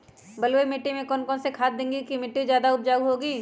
बलुई मिट्टी में कौन कौन से खाद देगें की मिट्टी ज्यादा उपजाऊ होगी?